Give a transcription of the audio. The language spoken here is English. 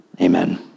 Amen